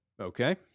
Okay